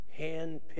handpicked